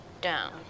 down